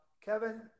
Kevin